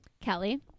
Kelly